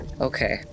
Okay